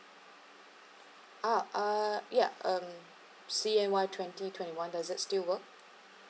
oh uh ya um C_N_Y twenty twenty one does it still work